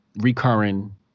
recurring